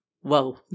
whoa